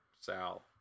Sal